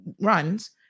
runs